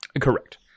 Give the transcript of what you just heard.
correct